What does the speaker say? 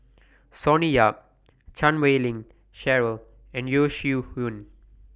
Sonny Yap Chan Wei Ling Cheryl and Yeo Shih Yun